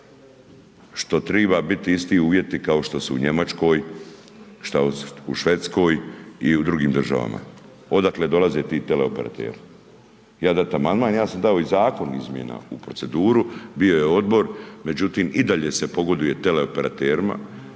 što triba biti isti uvjeti kao što su u Njemačkoj, šta u Švedskoj i u drugim državama odakle dolaze ti teleoperateri. Ja ću dat amandman, ja sam dao i zakon izmjena u proceduru, bio je odbor, međutim i dalje se pogoduje teleoperaterima